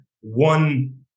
one